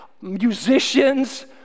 musicians